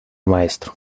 maestro